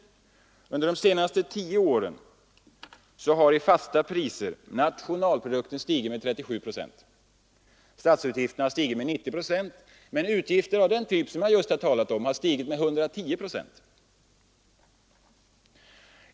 Under de senaste tio åren har i fasta priser nationalprodukten stigit med 37 procent. Statsutgifterna har stigit med 90 procent. Men utgifter av den typ som jag nu talat om har stigit med 110 procent.